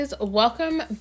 welcome